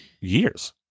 years